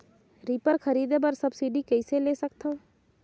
Reaper खरीदे बर subsidy कइसे ले सकथव?